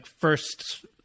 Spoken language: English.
first